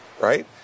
right